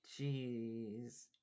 Jeez